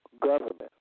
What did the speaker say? government